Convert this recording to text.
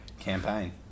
campaign